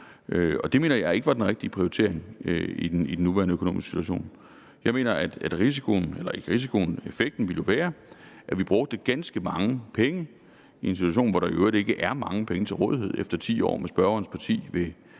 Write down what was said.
Det mener jeg ikke er den rigtige prioritering i den nuværende økonomiske situation. Jeg mener, at effekten jo ville være, at vi ville bruge ganske mange penge i en situation, hvor der i øvrigt ikke er mange penge til rådighed efter 10 år med spørgerens parti ved